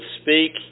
speak